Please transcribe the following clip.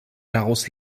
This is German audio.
daraus